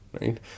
right